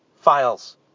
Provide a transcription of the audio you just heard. files